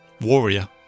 warrior